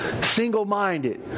single-minded